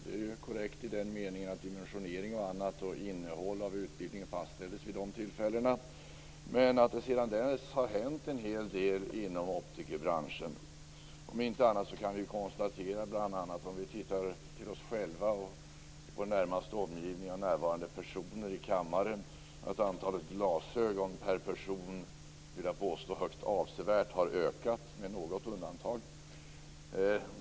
Det är korrekt i den meningen att dimensioneringen och innehållet av utbildningen fastställdes vid den tiden. Men sedan dess har det hänt en hel del inom optikerbranschen. Om inte annat kan vi se det bland oss själva, vår närmaste omgivningen och de närvarande personerna i kammaren att antalet glasögon, vill jag påstå, högst avsevärt ökat - med något undantag.